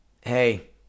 hey